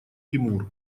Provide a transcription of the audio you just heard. тимур